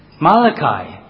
Malachi